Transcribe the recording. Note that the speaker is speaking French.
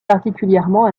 particulièrement